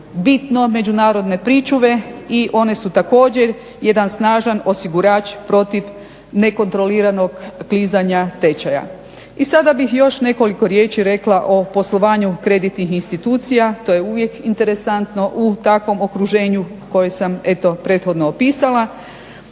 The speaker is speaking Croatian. bitno međunarodne pričuve i one su također jedan snažan osigurač protiv nekontroliranog klizanja tečaja. I sada bih još nekoliko riječi rekla o poslovanju kreditnih institucija, to je uvijek interesantno u takvom okruženju koje sam eto prethodno opisala.